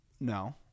no